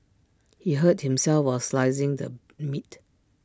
he hurt himself while slicing the meat